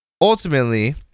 Ultimately